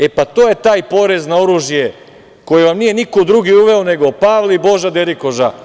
E, pa to je taj porez na oružje koji vam nije niko drugi uveo nego Pavle i Boža derikoža.